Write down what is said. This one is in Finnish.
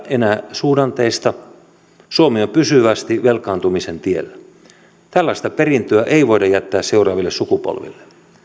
enää suhdanteista suomi on pysyvästi velkaantumisen tiellä tällaista perintöä ei voida jättää seuraaville sukupolville